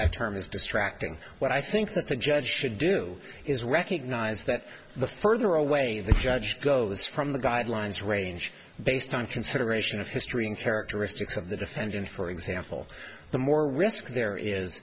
that term is distracting what i think that the judge should do is recognize that the further away the judge goes from the guidelines range based on consideration of history in characteristics of the defendant for example the more risk there is